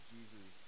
Jesus